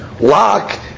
lock